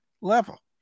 level